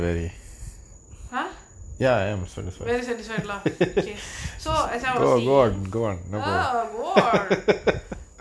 ah very satisfied lah okay so as I was saying oh gone